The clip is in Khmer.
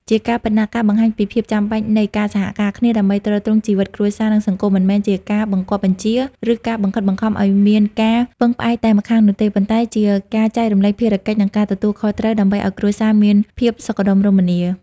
ជាការពិតណាស់ ការបង្កាញពីភាពចាំបាច់នៃការសហការគ្នាដើម្បីទ្រទ្រង់ជីវិតគ្រួសារ និងសង្គម មិនមែនជាការបង្គាប់បញ្ជា ឬការបង្ខិតបង្ខំឲ្យមានការពឹងផ្អែកតែម្ខាងនោះទេ ប៉ុន្តែជាការចែករំលែកភារកិច្ច និងការទទួលខុសត្រូវដើម្បីឲ្យគ្រួសារមានភាពសុខដុមរមនា។